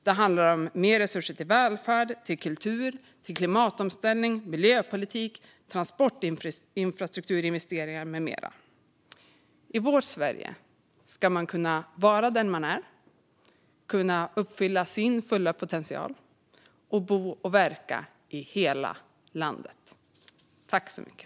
Det handlar om mer resurser till välfärd, kultur, klimatomställning, miljöpolitik, transportinfrastrukturinvesteringar med mera. I Miljöpartiets Sverige ska man kunna vara den man är, uppfylla sin fulla potential och bo och verka i hela landet.